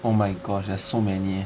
oh my gosh there's so many